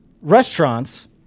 restaurants